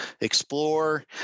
explore